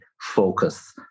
focus